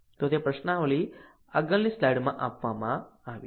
તો તે પ્રશ્નાવલી આગળની સ્લાઈડમાં આપવામાં આવી છે